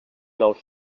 nou